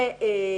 כמו שאמרתי.